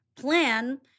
plan